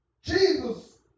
Jesus